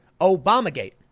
Obamagate